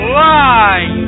live